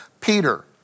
Peter